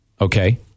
Okay